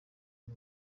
uyu